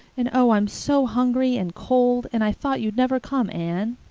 and oh, i'm so hungry and cold and i thought you'd never come, anne.